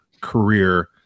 career